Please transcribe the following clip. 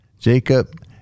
Jacob